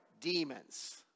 demons